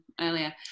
earlier